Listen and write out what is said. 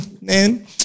man